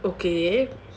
okay